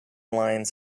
lines